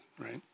right